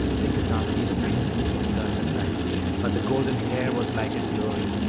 they could not see the face, it was turned aside but the golden hair was like a glory,